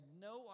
no